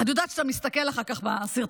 אני יודעת שאתה מסתכל אחר כך בסרטונים,